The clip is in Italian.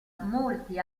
molti